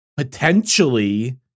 potentially